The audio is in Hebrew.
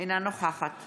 אינה נוכחת